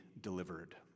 delivered